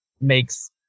makes